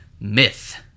myth